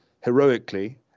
heroically